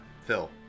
Phil